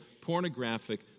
pornographic